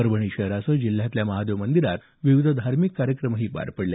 परभणी शहरासह जिल्ह्यातल्या महादेव मंदिरात विविध धार्मिक कार्यक्रमही पार पडले